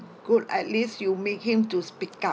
good at least you make him to speak up